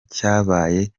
cyabaye